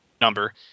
number